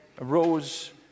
arose